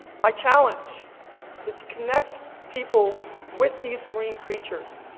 my challenge is to connect people with these marine creatures,